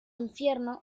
infierno